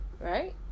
Right